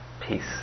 peace